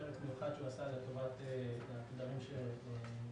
פרק מיוחד שהוא עשה לטובת התדרים שהיו במכרז.